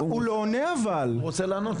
הוא רוצה לענות.